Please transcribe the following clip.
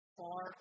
far